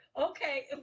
Okay